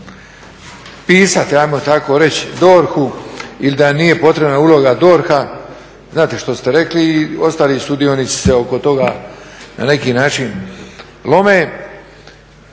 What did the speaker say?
pisati ajmo tako reći DORH-u ili da nije potrebna uloga DORH-a, znate što ste rekli i ostali sudionici se oko toga na neki način lome.